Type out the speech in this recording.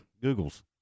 Googles